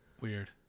Weird